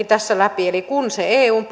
tässä läpi eli kun se eun